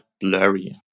blurry